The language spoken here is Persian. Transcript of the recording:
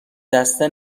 دسته